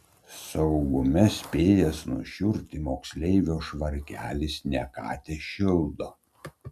saugume spėjęs nušiurti moksleivio švarkelis ne ką tešildo